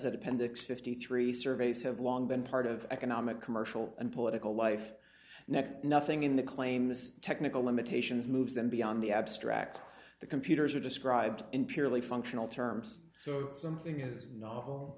that appendix fifty three surveys have long been part of economic commercial and political life nothing in the claims technical limitations moves them beyond the abstract the computers are described in purely functional terms so something is novel